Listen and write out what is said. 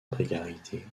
précarité